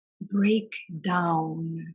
breakdown